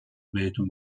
بهتون